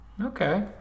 Okay